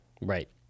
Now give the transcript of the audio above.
Right